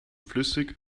flüssig